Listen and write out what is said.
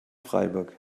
freiburg